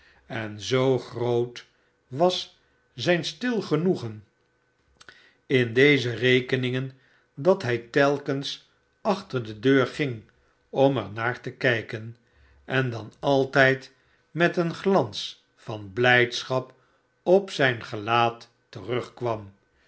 en zoo groot was zijn stil genoegen indezerekeningen dat hij telkens achter de deur ging om er naar te kijken en dan altijd met een glans van blijdschap op zijn gelaat terugkwam